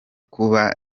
kuba